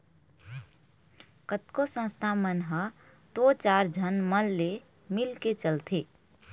कतको संस्था मन ह तो चार झन मन ले मिलके चलथे